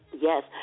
Yes